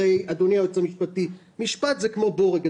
אדוני היועץ המשפטי, משפט זה כמו בורג.